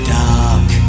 dark